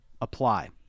apply